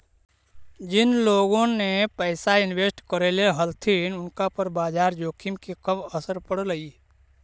जिन लोगोन ने पैसा इन्वेस्ट करले हलथिन उनका पर बाजार जोखिम के कम असर पड़लई